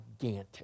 gigantic